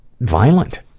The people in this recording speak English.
violent